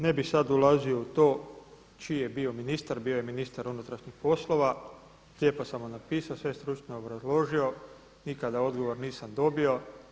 Ne bih sada ulazio u to čiji je bio ministar, bio je ministar unutarnjih poslova, lijepo sam mu napisao, sve stručno obrazložio, nikada odgovor nisam dobio.